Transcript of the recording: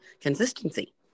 consistency